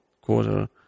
quarter